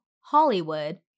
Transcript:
Hollywood